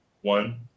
one